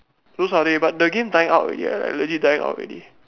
so sorry but the game dying out ready ah like legit dying out already